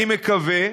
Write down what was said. אני מקווה,